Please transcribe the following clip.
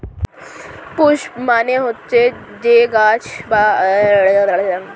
পুস্প মানে হচ্ছে গাছ বা উদ্ভিদের প্রজনন করা একটি প্রধান অংশ